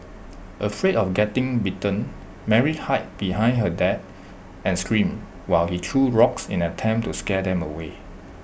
afraid of getting bitten Mary hid behind her dad and screamed while he threw rocks in an attempt to scare them away